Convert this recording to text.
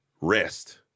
rest